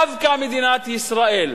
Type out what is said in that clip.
דווקא מדינת ישראל,